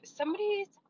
somebody's